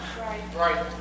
Right